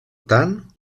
tant